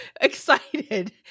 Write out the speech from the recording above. excited